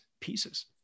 pieces